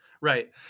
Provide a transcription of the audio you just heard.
Right